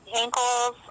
ankles